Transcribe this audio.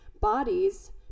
bodies